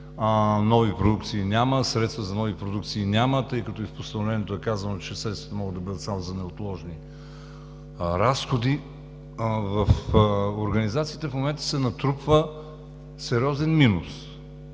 отпуски, средства за нови продукции няма, тъй като в Постановлението е казано, че средствата могат да бъдат само за неотложни разходи. В организацията в момента се натрупва сериозен минус